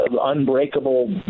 unbreakable